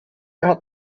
hat